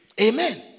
Amen